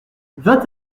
vingt